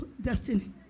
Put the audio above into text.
destiny